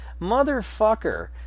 motherfucker